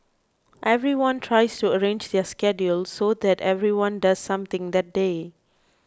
everyone tries to arrange their schedules so that everyone does something that day